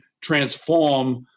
transform